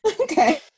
okay